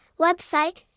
Website